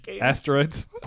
Asteroids